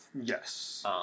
Yes